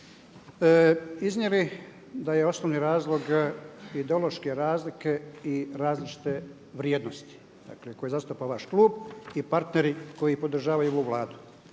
iznijeli da je osnovni razlog ideološke razlike i različite vrijednosti dakle koje zastupa vaš klub i partneri koji podržavaju ovu Vladu.